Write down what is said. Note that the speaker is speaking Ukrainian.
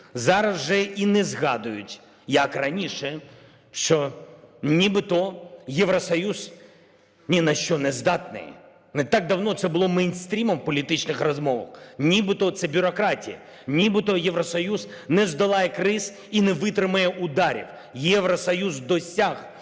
Зараз вже і не згадують, як раніше, що нібито Євросоюз ні на що не здатний. Не так давно це було мейнстримом політичних розмов, нібито це бюрократія, нібито Євросоюз не здолає криз і не витримає ударів. Євросоюз досяг